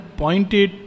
pointed